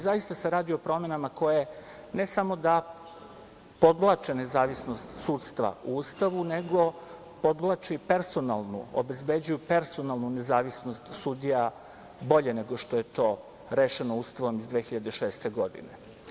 Zaista se radi o promenama koje ne samo da podvlače nezavisnost sudstva u Ustavu, nego podvlače i personalnu, obezbeđuju personalnu nezavisnost sudija bolje nego što je to rešeno Ustavom iz 2006. godine.